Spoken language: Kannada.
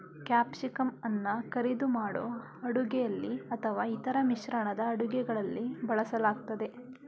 ಕ್ಯಾಪ್ಸಿಕಂಅನ್ನ ಕರಿದು ಮಾಡೋ ಅಡುಗೆಲಿ ಅಥವಾ ಇತರ ಮಿಶ್ರಣದ ಅಡುಗೆಗಳಲ್ಲಿ ಬಳಸಲಾಗ್ತದೆ